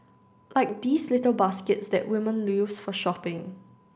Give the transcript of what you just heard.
like these little baskets that women used for shopping